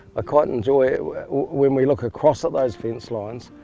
ah quite enjoy when we look across at those fence line,